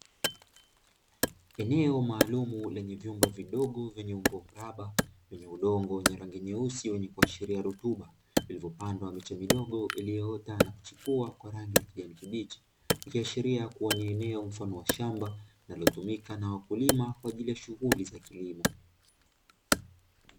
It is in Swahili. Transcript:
Eneo maalumu lenye vyumba vidogo vyenye umbo mraba lenye udongo wenye rangi nyeusi wenye kuashiria rutuba, vilivyopandwa miche midogo iliyoota na kuchipua kwa rangi ya kijani kibichi, ikiashiria kuwa ni eneo mfano wa shamba linalotumika na wakulima kwa ajili ya shughuli za kilimo.